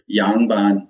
Yangban